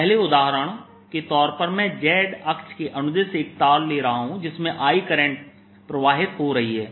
पहले उदाहरण के तौर पर मैं Z अक्ष के अनुदेश एक तार ले रहा हूं जिसमें I करंट प्रवाहित हो रही है